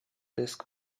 disc